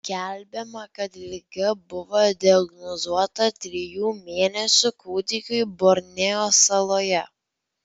skelbiama kad liga buvo diagnozuota trijų mėnesių kūdikiui borneo saloje